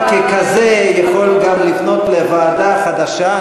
ואתה ככזה יכול גם לפנות לוועדה החדשה,